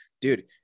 dude